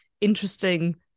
interesting